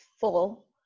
full